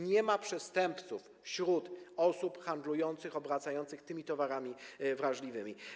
Nie ma przestępców wśród osób handlujących, obracających tymi towarami wrażliwymi.